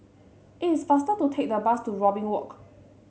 it is faster to take the bus to Robin Walk